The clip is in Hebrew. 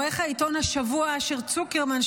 "עורך העיתון 'השבוע' אשר צוקרמן,